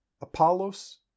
Apollos